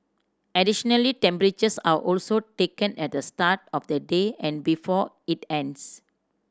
additionally temperatures are also taken at the start of the day and before it ends